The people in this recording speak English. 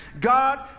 God